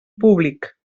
públic